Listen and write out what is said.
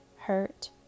hurt